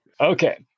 Okay